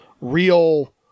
real